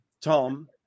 Tom